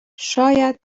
شاید